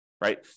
right